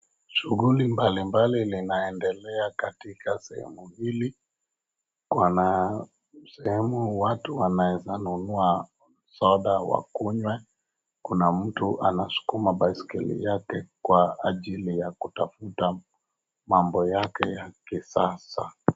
Shughuli mbalimbali linaendelea katika sehemu hili. Kuna sehemu watu wanaeza nunua soda wakuywe. Kuna mtu anaskuma baiskeli yake kwa ajili ya kitafuta ambo yake ya kisasa.